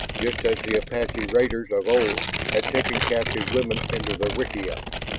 just as the apache raiders of old had taken captive women into their wickiups.